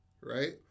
right